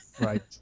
Right